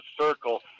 circle